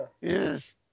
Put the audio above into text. Yes